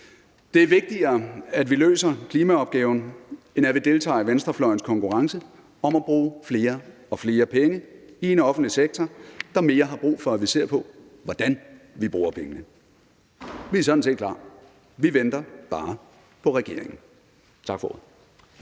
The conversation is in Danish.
Det er vigtigere, at vi løser klimaopgaven, end at vi deltager i venstrefløjens konkurrence om at bruge flere og flere penge i en offentlig sektor, der mere har brug for, at vi ser på, hvordan vi bruger pengene. Vi er sådan set klar. Vi venter bare på regeringen. Tak for ordet.